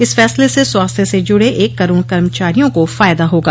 इस फैसले से स्वास्थ्य से जुड़े एक करोड़ कर्मचारियों को फायदा होगा